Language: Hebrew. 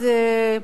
אז,